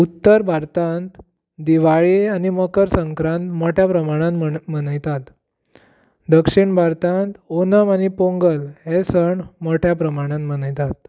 उत्तर भारतांत दिवाळी आनी मकर संक्रांत मोठ्या प्रमाणांत मण मनयतात दक्षीण भारतांत ओणम आनी पोंगल हे सण मोठ्या प्रमाणांत मनयतात